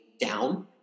down